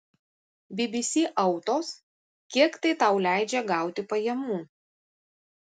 bbc autos kiek tai tau leidžia gauti pajamų